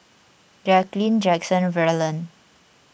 Jacqueline Jackson and Verlon